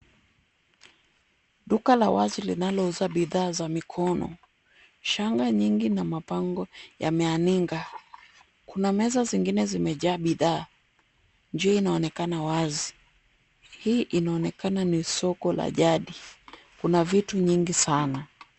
Duka la wazi linalouza bidhaa za mikono. Shanga nyingi na mapambo yameaninga. Kuna meza zingine zimejaa bidhaa juu inaonekana wazi. Hii inaonekana ni soko la jadi. Kuna vitu nyingi sana.